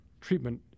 treatment